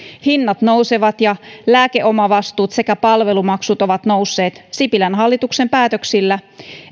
hinnat nousevat ja lääkeomavastuut sekä palvelumaksut ovat nousseet sipilän hallituksen päätöksillä